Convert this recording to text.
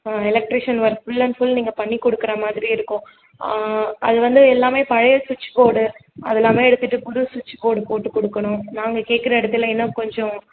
electrician work full and full நீங்கள் பண்ணி கொடுக்குற மாதிரி இருக்கும் அது வந்து எல்லாமே பழைய சுவிட்ச் போர்டு அதெல்லாமே எடுத்துகிட்டு புதிய சுவிட்ச் போர்டு போட்டு கொடுக்கணும் நாங்கள் கேட்குற இடத்தில் இன்னும் கொஞ்சம்